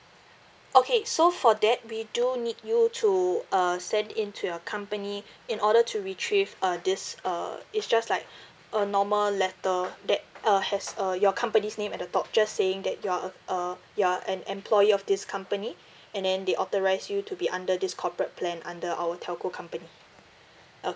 okay so for that we do need you to uh send in to your company in order to retrieve uh this uh it's just like a normal letter that uh has uh your company's name at the top just saying that you're a uh you're an employee of this company and then they authorised you to be under this corporate plan under our telco company